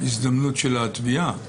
הזדמנות של התביעה.